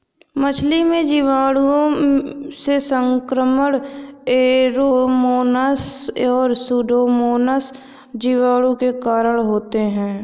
मछली में जीवाणुओं से संक्रमण ऐरोमोनास और सुडोमोनास जीवाणु के कारण होते हैं